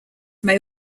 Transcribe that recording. may